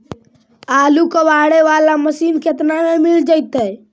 आलू कबाड़े बाला मशीन केतना में मिल जइतै?